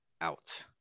out